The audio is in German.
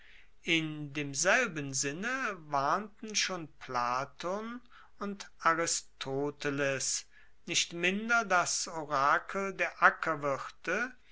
in demselben sinne warnten schon platon und aristoteles und nicht minder das orakel der